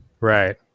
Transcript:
Right